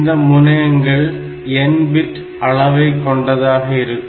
இந்த முனையங்கள் n bit அளவைக் கொண்டதாக இருக்கும்